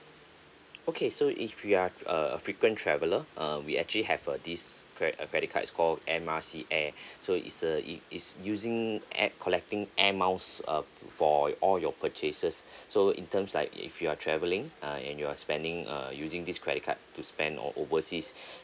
okay so if you are a frequent traveller uh we actually have uh this cre~ uh credit card is called M R C air so is a it is using air collecting air miles um for all your purchases so in terms like if you are travelling uh and you are spending uh using this credit card to spend o~ overseas